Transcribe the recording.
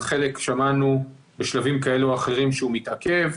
על חלק שמענו בשלבים כאלה או אחרים שהוא מתעכב.